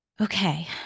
Okay